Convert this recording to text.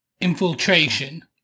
infiltration